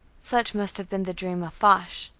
such must have been the dream of foch,